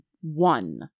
one